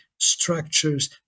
structures